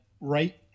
right